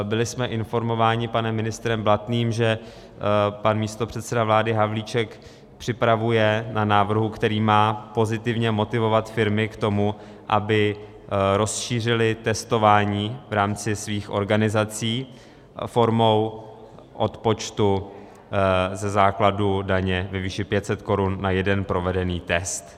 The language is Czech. Byli jsme informováni panem ministrem Blatným, že pan místopředseda vlády Havlíček připravuje návrh, který má pozitivně motivovat firmy k tomu, aby rozšířily testování v rámci svých organizací formou odpočtu ze základu daně ve výši 500 korun na jeden provedený test.